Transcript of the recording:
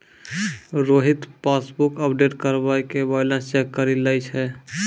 Rohit passbook update करबाय के balance check करि लै छै